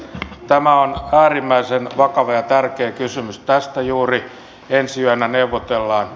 tämä on äärimmäisen vakava ja tärkeä kysymys tästä juuri ensi yönä neuvotellaan